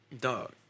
Dog